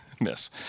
Miss